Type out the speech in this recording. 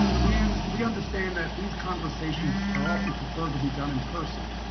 we and we understand that these conversations are often preferred to be done in person,